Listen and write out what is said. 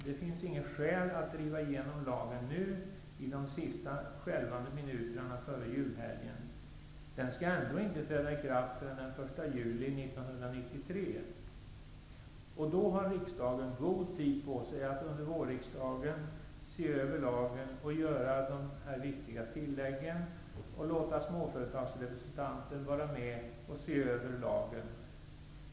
Det finns inget skäl att driva igenom lagen nu i de sista skälvande minuterna före julhelgen. Den skall ändå inte träda i kraft förrän den 1 juli 1993. Då har riksdagen god tid på sig att under vårriksdagen se över lagen och göra dessa viktiga tillägg. Då kan vi låta småföretagsrepresentanter vara med och se över lagen.